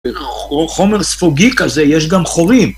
חומר ספוגי כזה, יש גם חורים.